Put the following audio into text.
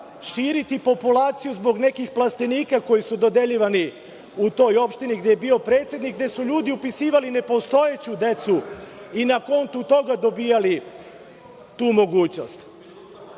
širiti populaciju zbog nekih plastenika koji su dodeljivani u toj opštini gde je bio predsednik, gde su ljudi upisivali nepostojeću decu i na konto toga dobijali tu mogućnost.